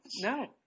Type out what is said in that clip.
No